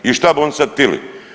I šta bi oni sad htili?